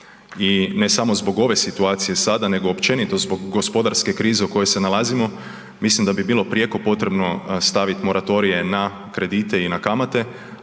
I ne samo zbog ove situacije sada nego općenito zbog gospodarske krize u kojoj se nalazimo mislim da bi bilo prijeko potrebno stavit moratorije na kredite i na kamate,